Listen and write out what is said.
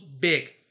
big